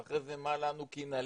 אז אחרי זה מה לנו כי נלין?